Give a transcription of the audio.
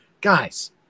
Guys